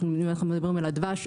אנחנו מדברים על הדבש,